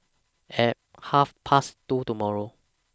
At Half Past two tomorrow